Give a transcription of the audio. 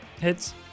Hits